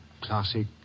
classic